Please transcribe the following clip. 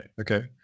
okay